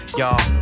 y'all